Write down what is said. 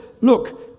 look